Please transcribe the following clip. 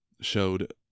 showed